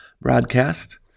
broadcast